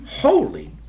Holy